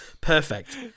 Perfect